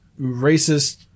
racist